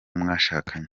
mwashakanye